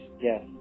yes